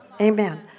Amen